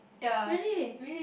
really